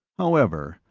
however,